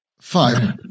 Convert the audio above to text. Five